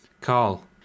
Carl